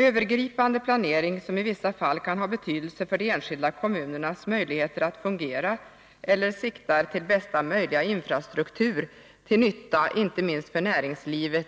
Övergripande planering, som i vissa fall kan ha betydelse för de enskilda kommunernas möjligheter att fungera eller som siktar till bästa möjliga infrastruktur till nytta inte minst för näringslivet,